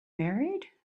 married